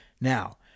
Now